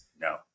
no